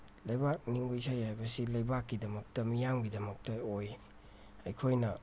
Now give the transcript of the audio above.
ꯂꯩꯕꯥꯛ ꯅꯤꯡꯕ ꯏꯁꯩ ꯍꯥꯏꯕꯁꯤ ꯂꯩꯕꯥꯛꯀꯤꯗꯃꯛꯇ ꯃꯤꯌꯥꯝꯒꯤꯗꯃꯛꯇ ꯑꯣꯏ ꯑꯩꯈꯣꯏꯅ